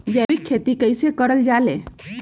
जैविक खेती कई से करल जाले?